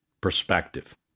perspective